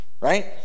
right